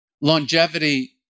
longevity